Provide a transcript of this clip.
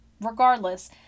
regardless